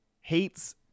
hates